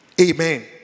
Amen